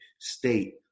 state